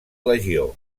legió